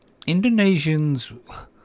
Indonesians